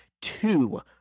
two